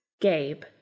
Gabe